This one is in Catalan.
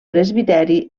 presbiteri